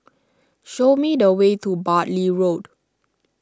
show me the way to Bartley Road